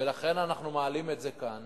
ולכן אנחנו מעלים את זה כאן